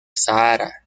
sahara